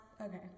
okay